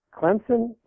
Clemson